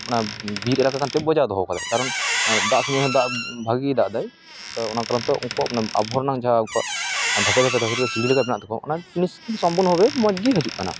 ᱚᱱᱟ ᱵᱤᱨ ᱮᱞᱟᱠᱟ ᱠᱟᱱᱛᱮ ᱵᱚᱡᱟᱭ ᱫᱚᱦᱚ ᱟᱠᱟᱫᱟ ᱠᱟᱨᱚᱱ ᱫᱟᱜ ᱥᱚᱢᱚᱭ ᱦᱚᱸ ᱵᱷᱟᱹᱜᱤ ᱜᱮᱭ ᱫᱟᱜ ᱫᱟᱭ ᱛᱚ ᱚᱱᱟ ᱠᱟᱨᱚᱱ ᱛᱮ ᱩᱱᱠᱩᱣᱟᱜ ᱟᱵᱽᱼᱦᱟᱣᱟ ᱨᱮᱱᱟᱜ ᱡᱟᱦᱟᱸ ᱩᱱᱠᱩᱣᱟᱜ ᱫᱷᱟᱯᱮ ᱫᱷᱟᱯᱮ ᱫᱷᱟᱯᱮ ᱫᱷᱟᱯᱮ ᱡᱟᱦᱟᱸ ᱥᱤᱬᱤ ᱨᱟᱠᱟᱵ ᱢᱮᱱᱟᱜ ᱛᱟᱠᱚᱣᱟ ᱚᱱᱟ ᱥᱚᱢᱯᱩᱨᱱᱚ ᱵᱷᱟᱵᱮ ᱢᱚᱡᱽ ᱜᱮ ᱦᱤᱡᱩᱜ ᱠᱟᱱᱟ